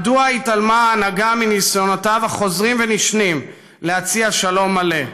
מדוע התעלמה ההנהגה מניסיונותיו החוזרים ונשנים להציע שלום מלא?